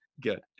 Good